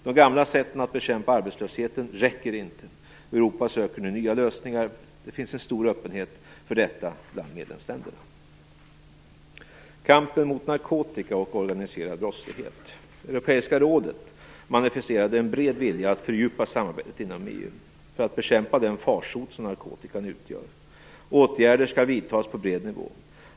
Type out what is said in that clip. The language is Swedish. De gamla sätten att bekämpa arbetslösheten räcker inte. Europa söker nu nya lösningar. Det finns en stor öppenhet för detta bland medlemsländerna. Så till frågan om kampen mot narkotika och organiserad brottslighet. Europeiska rådet manifesterade en bred vilja att fördjupa samarbetet inom EU för att bekämpa den farsot om narkotikan utgör. Åtgärder skall vidtas på bred front.